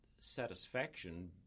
satisfaction